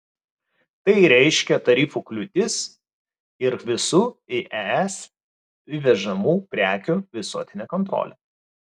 tai reiškia tarifų kliūtis ir visų į es įvežamų prekių visuotinę kontrolę